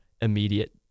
immediate